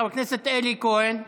חבר הכנסת אלי כהן.